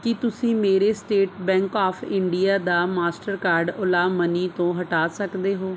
ਕੀ ਤੁਸੀਂਂ ਮੇਰੇ State Bank of India ਦਾ ਮਾਸਟਰਕਾਰਡ ਓਲਾ ਮਨੀ ਤੋਂ ਹਟਾ ਸਕਦੇ ਹੋ